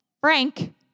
Frank